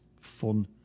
fun